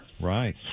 Right